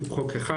הוא חוק אחד,